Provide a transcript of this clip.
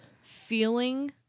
feeling